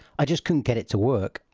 i just couldn't get it to work.